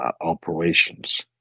operations